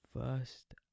First